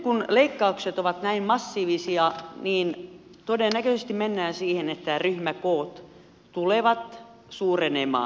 kun leikkaukset ovat näin massiivisia todennäköisesti mennään siihen että ryhmäkoot tulevat suurenemaan